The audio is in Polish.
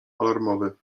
alarmowy